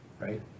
Right